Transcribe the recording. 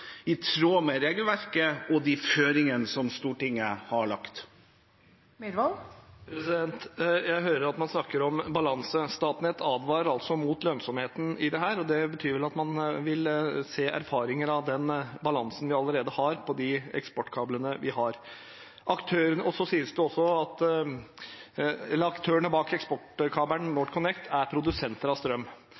i tråd med regelverket og de føringene som Stortinget har lagt. Jeg hører at man snakker om balanse. Statnett advarer mot lønnsomheten i dette, og det betyr vel at man vil se erfaringer av den balansen vi allerede har på de eksportkablene vi har. Aktørene bak eksportkabelen NorthConnect er produsenter av strøm, og det